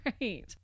right